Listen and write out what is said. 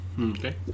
Okay